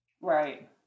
right